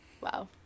Wow